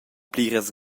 pliras